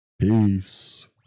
peace